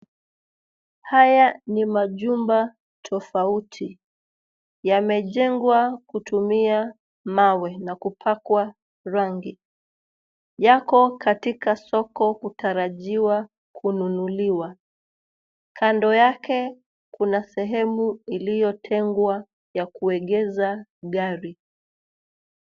Haya ni majumba tofauti. Yamejengwa kutumia mawe na kupakwa rangi. Yako katika soko kutarajiwa kununuliwa. Kando yake kuna sehemu iliyotengwa ya kuegeza gari.